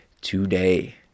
today